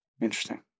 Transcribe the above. interesting